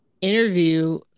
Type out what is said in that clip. interview